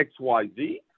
XYZ